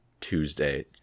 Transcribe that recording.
Tuesday